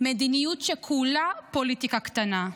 שכולה פוליטיקה קטנה.